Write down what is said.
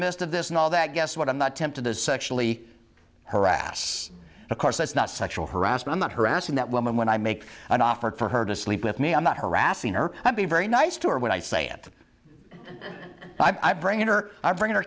midst of this and all that guess what i'm not tempted to sexually harass of course that's not sexual harassment harassing that woman when i make an offer for her to sleep with me i'm not harassing her i'm being very nice to her when i say it i bring her i bring her